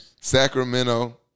Sacramento